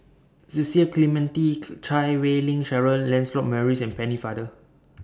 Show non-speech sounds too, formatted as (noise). Cecil Clementi (unintelligible) Chan Wei Ling Cheryl Lancelot Maurice and Pennefather